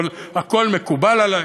אבל הכול מקובל עלי.